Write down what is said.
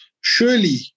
surely